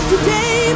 Today